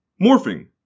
Morphing